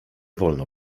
wolno